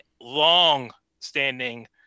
long-standing